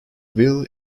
will